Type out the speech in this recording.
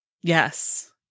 Yes